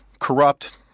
corrupt